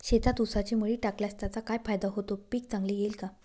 शेतात ऊसाची मळी टाकल्यास त्याचा काय फायदा होतो, पीक चांगले येईल का?